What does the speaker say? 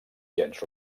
gens